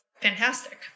fantastic